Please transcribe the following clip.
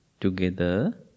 together